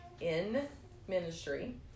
in-ministry